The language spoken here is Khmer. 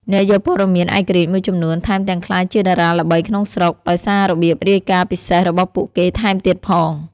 អ្នកយកព័ត៌មានឯករាជ្យមួយចំនួន ថែមទាំងក្លាយជាតារាល្បីក្នុងស្រុក ដោយសាររបៀបរាយការណ៍ពិសេសរបស់ពួកគេថែមទៀតផង។